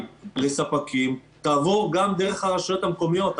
לספקים תעבור גם דרך הרשויות המקומיות.